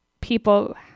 people